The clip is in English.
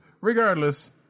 Regardless